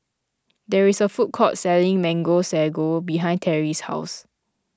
there is a food court selling Mango Sago behind Terry's house